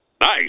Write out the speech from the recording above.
Nice